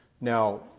now